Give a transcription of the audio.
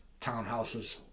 townhouses